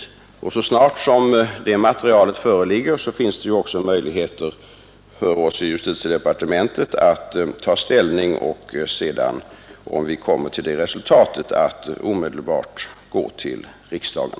Så snart som det materialet föreligger finns det möjlighet för justitiedepartementet att ta ställning och eventuellt omedelbart göra en hänvändelse till riksdagen.